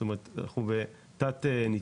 זאת אומרת שאנחנו בתת ניצול.